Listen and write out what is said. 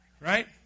right